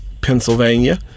Pennsylvania